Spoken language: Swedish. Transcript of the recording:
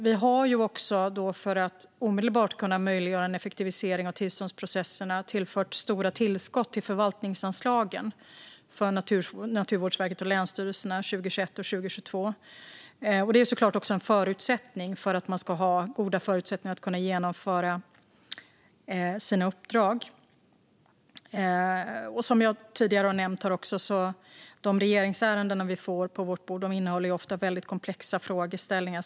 Vi har, för att omedelbart kunna möjliggöra en effektivisering av tillståndsprocesserna, tillfört stora tillskott till förvaltningsanslagen för Naturvårdsverket och länsstyrelserna 2021 och 2022. Det är såklart en förutsättning för att man ska kunna genomföra sina uppdrag. Som jag tidigare har nämnt innehåller de regeringsärenden som vi får på vårt bord väldigt komplexa frågeställningar.